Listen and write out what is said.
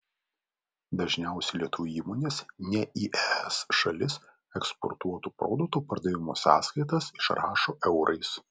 dažniausiai lietuvių įmonės ne į es šalis eksportuotų produktų pardavimo sąskaitas išrašo eurais